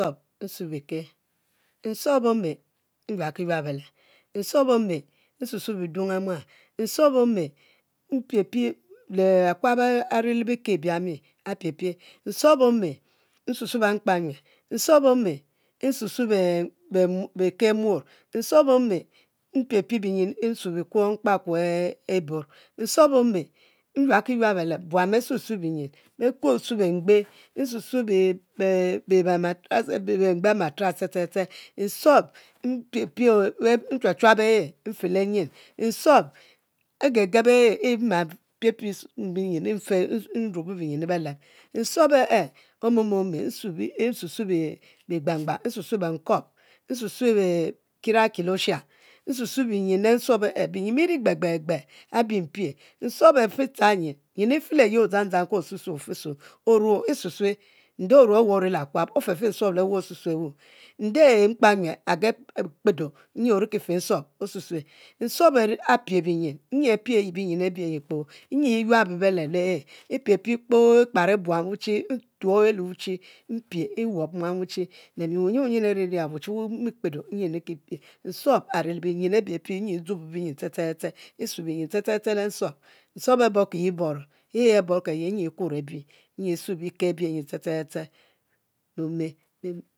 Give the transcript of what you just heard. Nsuohi ki, nsuom ome nyuab ki yueb beleb, nsusue bidung e'muan, nsuom ome mpiepie le akuab a'ri le bifung e'biam mpiepie, nsuom ome nsusue benkpanue, nsuom ome bsusue beke e'muor, nsuom ome mpie nsue bikuo mkpakuo e'bon, nsuom ome nyuab kiyuab beleb, buan be susue binyin nsuom ome bengbe be be be matrass, nsuom e n n chuab e'e’ mde le nyin nsuom ngegeb e'e’ mma ruobo binyin le beleb, nsuom e omeme nsusue bigbangbang benkuob nsusue kira aki le oshabg nsusue binyin le nsuom e'e’ binyin biri gbe gb gbe abi mpie nsuom afitchur nyin, nyin e'fe leyi odzang dzang ke osusue ofe suo, oruo e'susue, ande oruo aweh ori le akuab ofe nsuom osusue e'wu, a ende mkpanyue agekpedo nyi ori ki fe nsuom osusue, nsuom apie binyin nyi, nyi apie binyin abie nyi kpoo nyi e'yuabo beleb le e’ e’ piepie e'kparo buan wuchi, mpie le wuchi nyuob mmie muan wuchi, mi wuyin wuyen ah wuchi wumi kpido nyi nri ki pie, nsuom ari le binyen abi apie, nyi nzubo binyin ste ste ste le nsuom, nsuom aborkiyi boro, nyi e'kuro nyi e'sue bike abie nyi ste ste ste le ome